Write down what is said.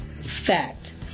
Fact